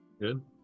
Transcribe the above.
Good